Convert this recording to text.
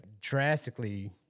drastically